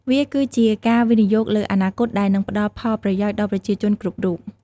វាគឺជាការវិនិយោគលើអនាគតដែលនឹងផ្តល់ផលប្រយោជន៍ដល់ប្រជាជនគ្រប់រូប។